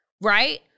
right